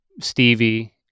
Stevie